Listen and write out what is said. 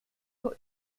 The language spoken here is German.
vor